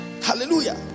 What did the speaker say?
Hallelujah